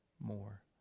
more